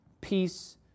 peace